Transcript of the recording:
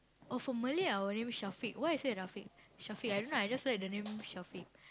oh for Malay I will name Shafiq why I say Rafiq I don't know I just like the name Shafiq